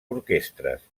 orquestres